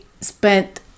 spent